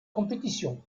compétition